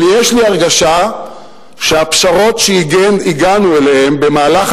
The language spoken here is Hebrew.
אבל יש לי הרגשה שהפשרות שהגענו אליהן במהלך